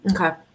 Okay